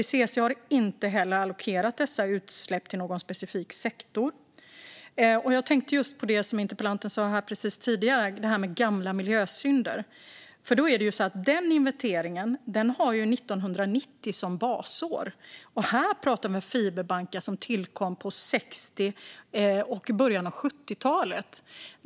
IPCC har inte heller allokerat dessa utsläpp till någon specifik sektor. Jag tänkte på det som interpellanten sa tidigare om gamla miljösynder. Den inventeringen har 1990 som basår. Och här pratar vi om fiberbankar som tillkom på 60-talet och i början av 70-talet.